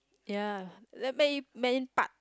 ya that Marine Marine Park